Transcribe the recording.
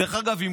דרך אגב,